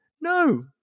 No